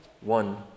one